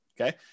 okay